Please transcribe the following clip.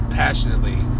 passionately